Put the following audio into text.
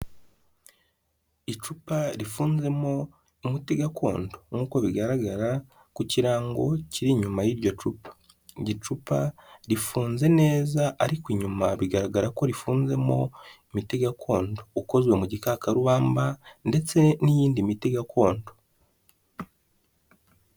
Icupa rifuzwemo umuti gakondo nk'uko bigaragara ku kirango kiri inyuma y'iryo cupa. Icupa rifunze neza ariko inyuma bigaragara ko rifunze mo umiti gakondo ukozwe mu gikakarubamba ndetse n'iyindi miti gakondo.